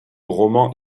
roman